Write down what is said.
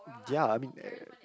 ya I mean